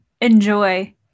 enjoy